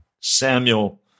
Samuel